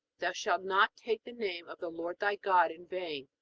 thou shalt not take the name of the lord thy god in vain.